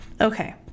Okay